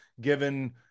given